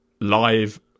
live